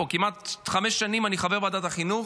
כמעט חמש שנים אני חבר בוועדת החינוך,